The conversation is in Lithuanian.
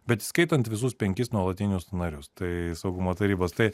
bet įskaitant visus penkis nuolatinius narius tai saugumo tarybos tai